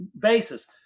basis